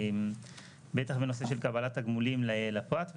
בטח בנושא של קבלת תגמולים לפרט,